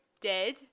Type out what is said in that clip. dead